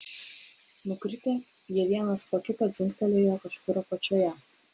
nukritę jie vienas po kito dzingtelėjo kažkur apačioje